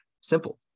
Simple